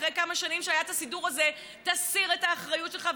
אחרי כמה שנים שהיה סידור הזה: תסיר את האחריות שלך,